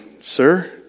sir